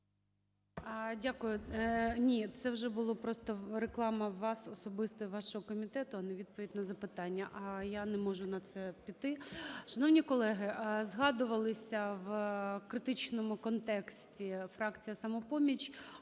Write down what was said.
Дякую. Ні, це вже була просто реклама вас особисто і вашого комітету, а не відповідь на запитання, а я не можу на це піти. Шановні колеги, згадувалися в критичному контексті фракція "Самопоміч",